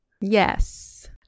Yes